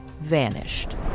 vanished